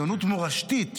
ציונות מורשתית,